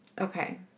Okay